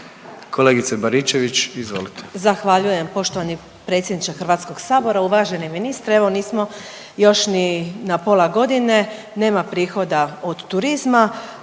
izvolite. **Baričević, Danica (HDZ)** Zahvaljujem poštovani predsjedniče Hrvatskog sabora. Uvaženi ministre evo nismo još ni na pola godine, nema prihoda od turizma,